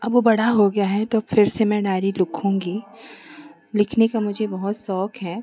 अब वह बड़ा हो गया है तो फिर से मैं डायरी लिखूंगी लिखने का मुझे बहुत शौक है